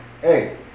hey